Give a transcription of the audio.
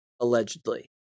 allegedly